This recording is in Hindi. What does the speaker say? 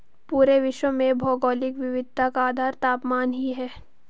पूरे विश्व में भौगोलिक विविधता का आधार तापमान ही है